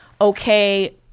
okay